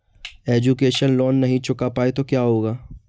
Education loan नहीं चुका पाए तो क्या होगा?